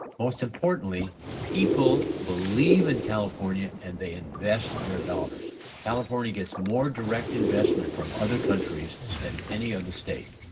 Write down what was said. most importantly, people believe in california and they invest their dollars. california gets more direct investment from other countries than any other state.